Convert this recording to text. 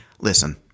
listen